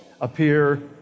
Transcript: appear